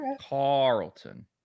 Carlton